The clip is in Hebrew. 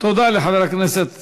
תודה.) תודה לחבר הכנסת